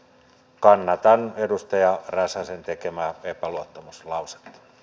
kannatan edustaja räsäsen tekemää epäluottamuslausetta